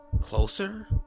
closer